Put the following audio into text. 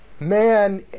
Man